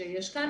שעשינו,